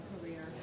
career